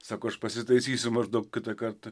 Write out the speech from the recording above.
sako aš pasitaisysiu maždaug kitą kartą